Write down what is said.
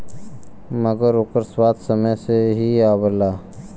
मगर ओकर स्वाद समय से ही आवला